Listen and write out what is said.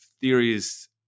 theories